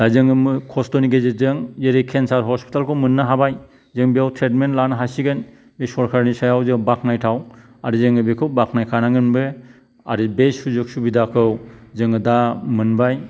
दा जोङो मो खस्थ'नि गेजेरजों जेरै केन्सार हसपिटालखौ मोननो हाबाय जों बेयाव ट्रिटमेन्ट लानो हासिगोन बे सरकारनि सायाव जों बाखनायथाव आरो जोङो बेखौ बाखनायखानांगोनबो आरो बे सुजुग सुबिदाखौ जोङो दा मोनबाय